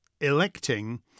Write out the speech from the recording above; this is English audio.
electing